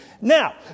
Now